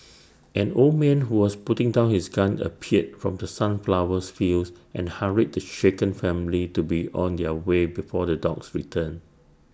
an old man who was putting down his gun appeared from the sunflowers fields and hurried the shaken family to be on their way before the dogs return